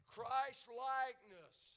Christ-likeness